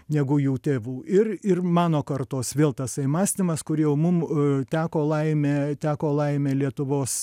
negu jų tėvų ir ir mano kartos vėl tasai mąstymas kur jau mum teko laimė teko laimė lietuvos